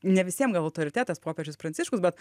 ne visiem gal autoritetas popiežius pranciškus bet